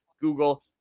Google